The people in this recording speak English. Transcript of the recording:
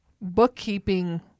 bookkeeping